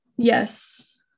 Yes